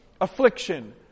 affliction